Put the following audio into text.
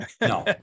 No